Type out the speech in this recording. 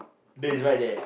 that is right there